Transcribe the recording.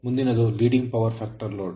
ಮುಂದಿನದು leading power factor load